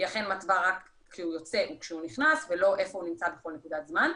אכן מתווה רק כשהוא יוצא וכשהוא נכנס ולא איפה הוא נמצא בכל נקודת זמן.